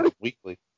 weekly